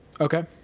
Okay